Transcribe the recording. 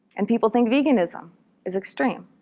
and people think veganism is extreme?